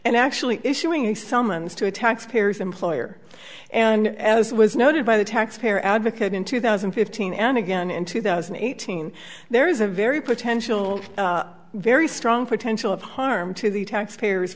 and actually issuing a summons to a taxpayer's employer and as was noted by the taxpayer advocate in two thousand and fifteen and again in two thousand and eighteen there is a very potential very strong potential of harm to the taxpayers